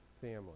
family